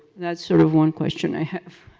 that's sort of one question i have.